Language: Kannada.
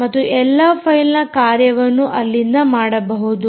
ಮತ್ತು ಎಲ್ಲಾ ಫೈಲ್ನ ಕಾರ್ಯವನ್ನು ಅಲ್ಲಿಂದ ಮಾಡಬಹುದು